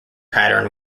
pattern